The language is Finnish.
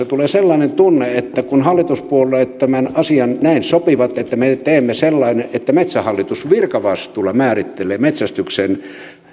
tulee sellainen tunne että kun hallituspuolueet tämän asian näin sopivat että me teemme niin että metsähallitus virkavastuulla määrittelee metsästyksen